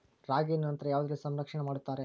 ರಾಗಿಯನ್ನು ನಂತರ ಯಾವುದರಲ್ಲಿ ಸಂರಕ್ಷಣೆ ಮಾಡುತ್ತಾರೆ?